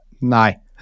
no